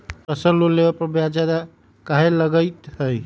Personal loan लेबे पर ब्याज ज्यादा काहे लागईत है?